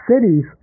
cities